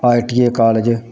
I T I college